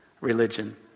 religion